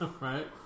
Right